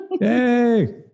Yay